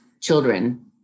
children